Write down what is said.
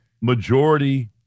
majority